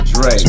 Dre